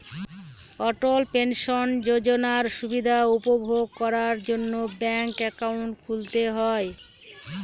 অটল pension যোজনার সুবিধা উপভোগ করার জন্য ব্যাঙ্ক একাউন্ট খুলতে হয়